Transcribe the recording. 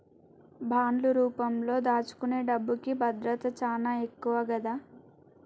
బాండ్లు రూపంలో దాచుకునే డబ్బుకి భద్రత చానా ఎక్కువ గదా